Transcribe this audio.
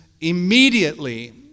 immediately